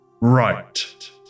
Right